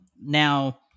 now